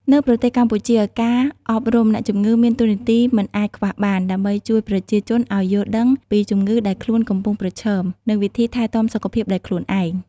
នៅប្រទេសកម្ពុជា ការអប់រំអ្នកជំងឺមានតួនាទីមិនអាចខ្វះបាន ដើម្បីជួយប្រជាជនឱ្យយល់ដឹងពីជំងឺដែលខ្លួនកំពុងប្រឈម និងវិធីថែទាំសុខភាពដោយខ្លួនឯង។